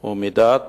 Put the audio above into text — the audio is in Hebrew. הוא מידת